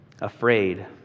afraid